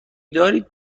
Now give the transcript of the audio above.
دارید